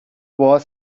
new